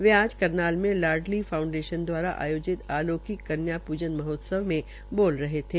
वे आज करनाल में लाइली फाउडेंशन द्वारा द्वारा आयोजित आलोकिक कन्या पूजन महोत्सव में बोल रहे थे